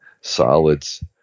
solids